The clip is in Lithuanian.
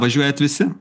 važiuojat visi